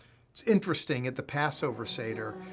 it's interesting, at the passover seder,